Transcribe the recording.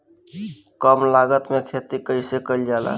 कम लागत में खेती कइसे कइल जाला?